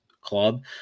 club